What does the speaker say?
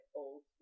old